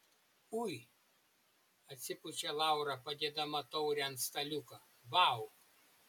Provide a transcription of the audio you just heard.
ui atsipučia laura padėdama taurę ant staliuko vau